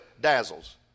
dazzles